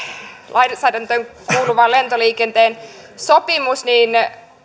lainsäädäntöön kuuluvan lentoliikenteen sopimus niin